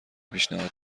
پیشنهاد